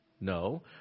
No